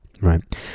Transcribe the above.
Right